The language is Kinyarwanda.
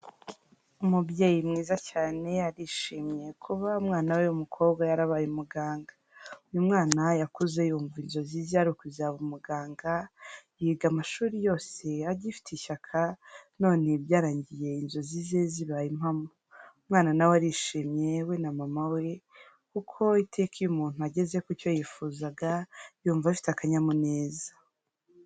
Umubyeyi mwiza cyane arishimiye kuba umwana we w'umukobwa yarabaye umuganga. Uyu mwana yakuze yumva inzozi ze ari ukuzaba umuganga, yiga amashuri yose agifite ishyaka, none byarangiye inzozi ze zibaye impamo. Umwana na we arishimye we na mama we kuko iteka iyo umuntu ageze ku cyo yifuzaga, yumva afite akanyamuneza.